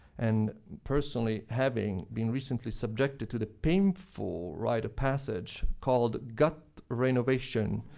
and personally having been recently subjected to the painful rite of passage called gut renovation.